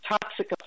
toxic